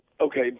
Okay